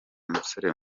musore